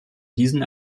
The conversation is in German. diesen